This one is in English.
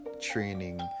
training